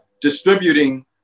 distributing